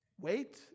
wait